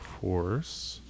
Force